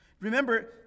Remember